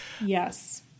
Yes